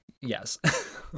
yes